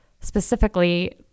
specifically